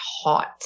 hot